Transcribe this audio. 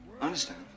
Understand